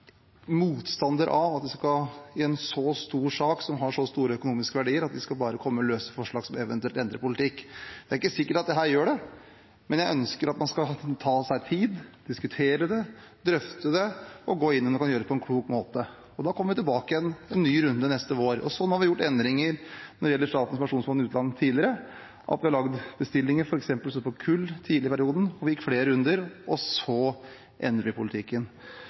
motstander av at vi i en så stor sak, om så store økonomiske verdier, skal komme med løse forslag som eventuelt endrer politikk. Det er ikke sikkert at dette gjør det, men jeg ønsker at man skal ta seg tid, diskutere det, drøfte det og gjøre det på en klok måte. Så kommer vi tilbake igjen til en ny runde neste vår. Sånn har vi gjort endringer når det gjelder Statens pensjonsfond utland tidligere. Vi har lagd bestillinger, f.eks. for kull tidlig i perioden, hvor vi har gått flere runder – og så har man endret politikken.